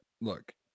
look